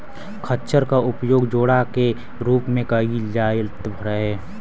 खच्चर क उपयोग जोड़ा के रूप में कैईल जात रहे